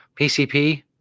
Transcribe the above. PCP